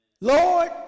Lord